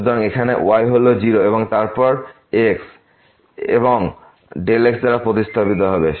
সুতরাং এখানে y হল 0 এবং তারপর x xদ্বারা প্রতিস্থাপিত হবে